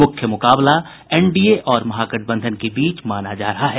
मुख्य मुकाबला एनडीए और महागठबंधन के बीच माना जा रहा है